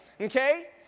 okay